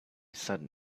sudden